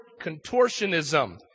contortionism